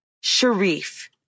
Sharif